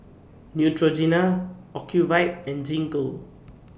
Neutrogena Ocuvite and Gingko